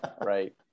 Right